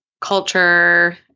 culture